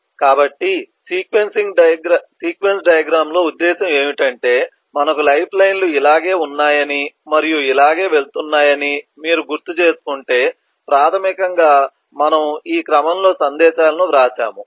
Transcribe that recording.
కాబట్టి sequence diagram లో ఉద్దేశ్యం ఏమిటంటే మనకు లైఫ్లైన్లు ఇలాగే ఉన్నాయని మరియు ఇలాగే వెళుతున్నాయని మీరు గుర్తుచేసుకుంటే ప్రాథమికంగా మనము ఈ క్రమంలో సందేశాలను వ్రాసాము